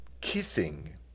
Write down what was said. kissing